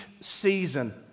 season